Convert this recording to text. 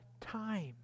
time